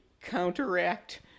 counteract